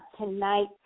tonight